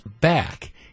back